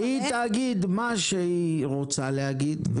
אבל איך --- היא תגיד מה שהיא רוצה להגיד,